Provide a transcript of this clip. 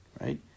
Right